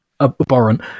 abhorrent